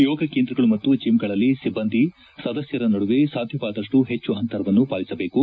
ಯೋಗ ಕೇಂದ್ರಗಳು ಮತ್ತು ಜಿಮ್ಗಳಲ್ಲಿ ಸಿಬ್ಸಂದಿ ಸದಸ್ಯರ ನಡುವೆ ಸಾಧ್ಯವಾದಷ್ಟು ಹೆಚ್ಚು ಅಂತರವನ್ನು ಪಾಲಿಸಬೇಕು